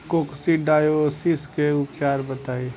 Coccidiosis के उपचार बताई?